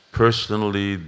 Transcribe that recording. personally